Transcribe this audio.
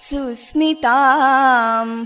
Susmitam